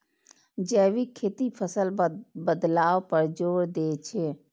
जैविक खेती फसल बदलाव पर जोर दै छै